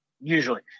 Usually